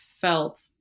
felt